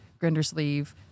Grindersleeve